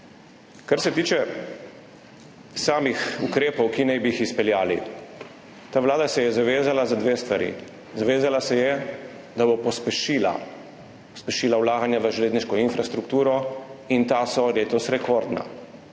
Kar se tiče samih ukrepov, ki naj bi jih izpeljali. Ta vlada se je zavezala za dve stvari. Zavezala se je, da bo pospešila, pospešila vlaganja v železniško infrastrukturo, in ta so letos rekordna.